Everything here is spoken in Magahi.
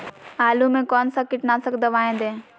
आलू में कौन सा कीटनाशक दवाएं दे?